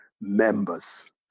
members